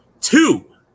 two